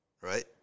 right